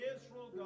Israel